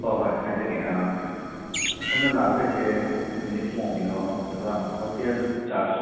ꯍꯣꯏ ꯍꯣꯏ ꯍꯥꯏꯖꯒꯦ ꯁꯣꯝꯅ ꯂꯥꯛꯇꯣꯏꯁꯦ ꯅꯨꯃꯤꯠ ꯀꯌꯥꯒꯤꯅꯣ ꯑꯗꯨꯒ ꯍꯣꯇꯦꯜ ꯆꯥꯔ꯭ꯖ